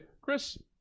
Chris